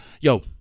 Yo